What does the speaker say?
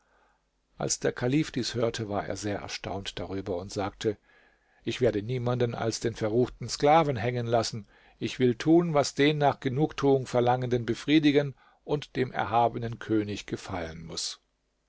als der kalif dies hörte war er sehr erstaunt darüber und sagte ich werde niemanden als den verruchten sklaven hängen lassen ich will tun was den nach genugtuung verlangenden befriedigen und dem erhabenen könig gefallen muß